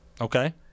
okay